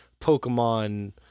Pokemon